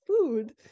food